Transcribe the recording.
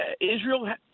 Israel